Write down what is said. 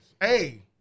hey